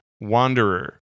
wanderer